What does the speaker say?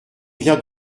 vient